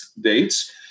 dates